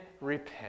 repent